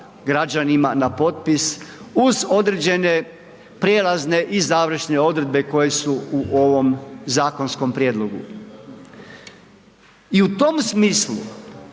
građanima na potpis uz određene prijelazne i završne odredbe koje su u ovom zakonskom prijedlogu. I u tom smislu